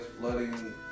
flooding